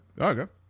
Okay